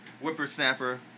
Whippersnapper